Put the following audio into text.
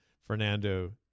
Fernando